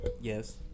Yes